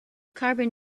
carbon